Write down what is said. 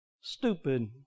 stupid